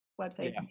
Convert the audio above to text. websites